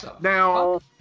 Now